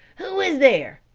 who is there?